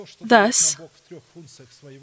Thus